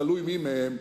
תלוי מי מהם,